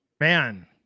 man